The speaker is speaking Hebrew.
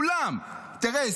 כולם תראה,